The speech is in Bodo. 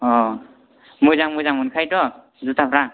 मोजां मोजां मोनखायोथ' जुथाफ्रा